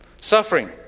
Suffering